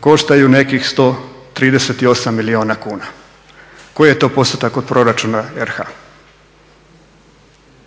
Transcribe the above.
koštaju nekih 138 milijuna kuna. Koji je to postotak od proračuna RH?